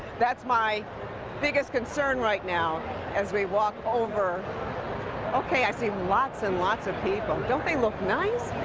that's my biggest concern right now as we walk over okay i see lots and lots of people. don't they look nice?